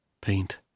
paint